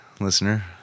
listener